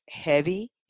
heavy